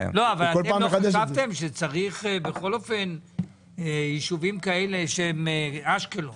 לא חשבתם שצריך בכל אופן ישובים כאלה, אשקלון